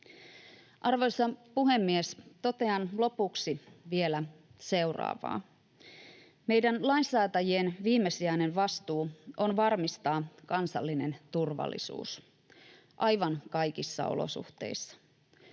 Arvoisa puhemies! Totean lopuksi vielä seuraavaa: Meidän lainsäätäjien viimesijainen vastuu on varmistaa kansallinen turvallisuus aivan kaikissa olosuhteissa.